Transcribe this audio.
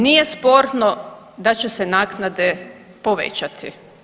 Nije sporno da će se naknade povećati.